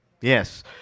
Yes